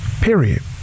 period